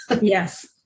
Yes